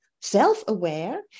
self-aware